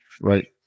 Right